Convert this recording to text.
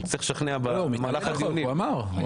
הוא אמר.